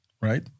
right